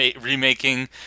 remaking